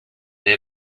dei